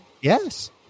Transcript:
Yes